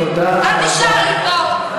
תודה רבה.